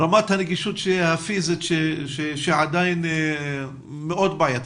רמת הנגישות הפיזית עדיין מאוד בעייתית.